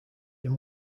him